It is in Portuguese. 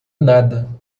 nada